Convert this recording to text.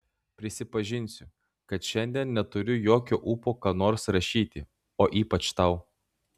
prisipažinsiu kad šiandien neturiu jokio ūpo ką nors rašyti o ypač tau